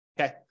okay